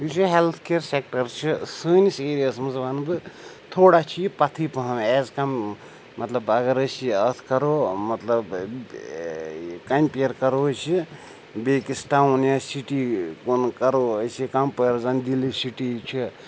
یُس یہِ health care sector چھِ سٲنِس ایریاہَس منٛز وَنہٕ بہٕ تھوڑا چھِ یہِ پَتھٕے پَہمَ ایز کَم مطلب اگر أسۍ یہِ اَتھ کَرو مطلب کَمپیر کَرو أسۍ یہِ بیٚکِس ٹاوُن یا سِٹی کُن کَرو أسۍ یہِ کَمپِیرزَن دِلی سِٹی چھِ